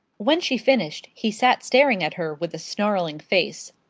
when she finished he sat staring at her with a snarling face.